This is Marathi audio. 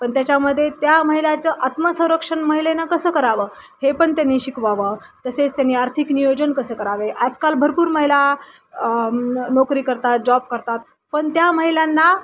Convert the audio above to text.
पण त्याच्यामध्ये त्या महिलाचं आत्मसंरक्षण महिलेनं कसं करावं हे पण त्यांनी शिकवावं तसेच त्यांनी आर्थिक नियोजन कसं करावे आजकाल भरपूर महिला नोकरी करतात जॉब करतात पण त्या महिलांना